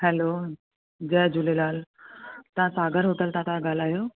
hello जय झूलेलाल हा हा तव्हां सागर होटल सां था ॻाल्हायो